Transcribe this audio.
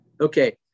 Okay